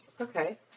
Okay